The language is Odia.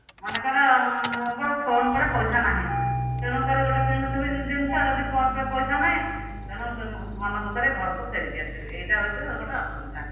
ମନେକର ମୋର ଫୋନ୍ ପେ' ରେ ପଇସା ନାହିଁ ତେଣୁକରି ଗୋଟିଏ କିଣୁଥିବି ଜିନିଷ ଯଦି ଫୋନ୍ ପେ'ରେ ପଇସା ନାହିଁ ତେଣୁ ସେ ମନ ଦୁଃଖରେ ଘରକୁ ଫେରି କରି ଆସିବି ଏଇଟା ହେଉଛି ଗୋଟିଏ ଅସୁବିଧା